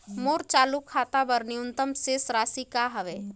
मोर चालू खाता बर न्यूनतम शेष राशि का हवे?